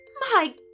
My